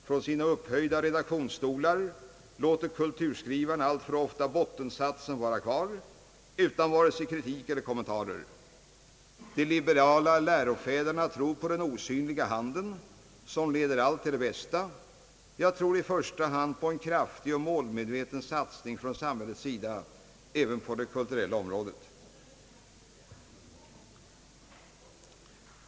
Från sina upphöjda redaktionsstolar låter kulturskrivaren alltför ofta bottensatsen vara kvar — utan vare sig kritik eller kommentarer. De liberala lärofäderna tror på »den osynliga handen» som leder allt till det bästa — jag tror i första hand på en kraftig och målmedveten satsning från samhällets sida även på det kulturella området.